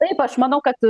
taip aš manau kad